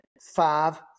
five